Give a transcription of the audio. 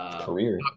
Career